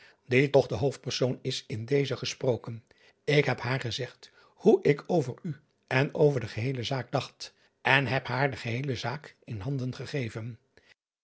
die toch de hoofdpersoon is in dezen gesproken k heb haar gezegd hoe ik over u en over de geheele zaak dacht en heb haar de geheele zaak in handen gegeven